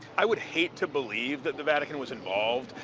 i would hate to believe that the vatican was involved,